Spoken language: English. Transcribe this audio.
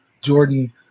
Jordan